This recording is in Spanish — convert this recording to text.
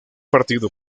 partido